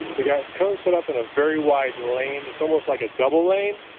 we got cones set up in a very wide lane, it's almost like a double lane.